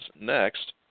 next